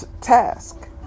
task